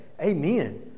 amen